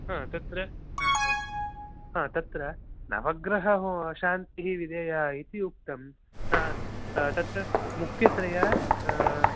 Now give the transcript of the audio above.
हा तत्र हा तत्र नवग्रहशान्तिः विदेयः इति उक्तं तत् तत्र मुक्यतया